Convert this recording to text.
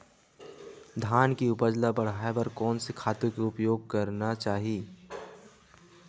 धान के उपज ल बढ़ाये बर कोन से खातु के उपयोग करना चाही?